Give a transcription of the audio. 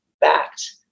backed